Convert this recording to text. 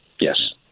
Yes